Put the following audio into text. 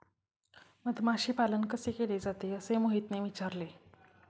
मधमाशी पालन कसे केले जाते? असे मोहितने विचारले